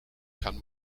kann